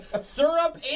syrup